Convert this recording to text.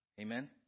Amen